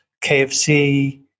KFC